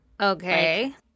Okay